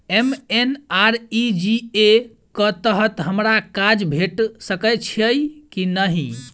MNREGA कऽ तहत हमरा काज भेट सकय छई की नहि?